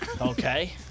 Okay